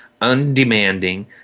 undemanding